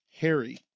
Harry